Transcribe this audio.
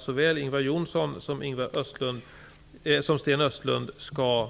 Såväl Ingvar Johnsson som Sten Östlund skall